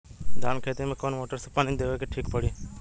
धान के खेती मे कवन मोटर से पानी देवे मे ठीक पड़ी?